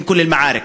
אום כול אל-מעארכ.